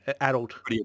adult